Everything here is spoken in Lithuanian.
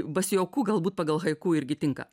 basioku galbūt pagal haiku irgi tinka